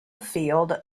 field